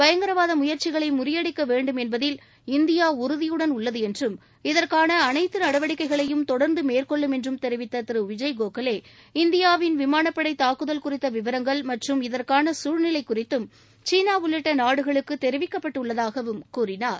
பயங்கரவாத முயற்சிகளை முறியடிக்க வேண்டும் என்பதில் இந்தியா உறுதியுடன் உள்ளது என்றும் இதற்கான அனைத்து நடவடிக்கைகளையும் தொடர்ந்து மேற்கொள்ளும் என்று தெரிவித்த திரு விஜய் கோகலே இந்தியாவின் விமானப்படை தாக்குதல் குறித்த விவரங்கள் மற்றும் இதற்கான சூழ்நிலை குறித்தும் கீனா உள்ளிட்ட நாடுகளுக்கு தெரிவிக்கப்பட்டு உள்ளதாகவும் கூறினார்